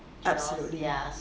absolutely